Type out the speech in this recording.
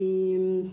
אוקיי.